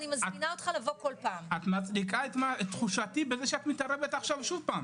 את מצדיקה את תחושתי בזה שאת מתערבת שוב.